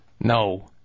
No